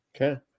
Okay